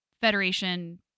Federation